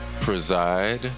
preside